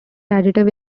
additive